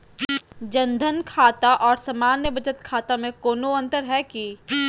जन धन खाता और सामान्य बचत खाता में कोनो अंतर है की?